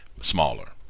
smaller